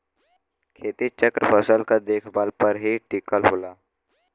खेती चक्र फसल क देखभाल पर ही टिकल होला